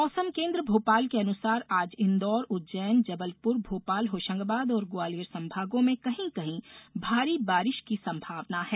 मौसम विज्ञान केंद्र भोपाल के अनुसार आज इंदौर उज्जैन जबलपुर भोापाल होशंगाबाद और ग्वालियर संभागों में कहीं कहीं भारी बारिश की संभावना है